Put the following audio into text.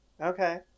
Okay